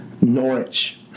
Norwich